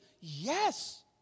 Yes